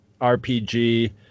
rpg